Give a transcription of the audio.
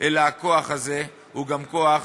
אלא הכוח הזה הוא גם כוח